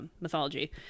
mythology